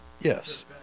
yes